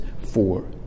four